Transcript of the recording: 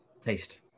taste